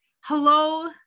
Hello